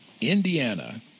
Indiana